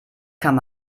kann